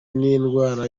n’indwara